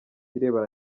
irebana